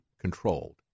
controlled